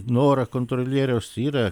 norą kontrolieriaus yra